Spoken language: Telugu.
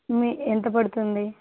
మ్మ్ ఎంత పడుతుంది